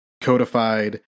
codified